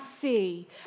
see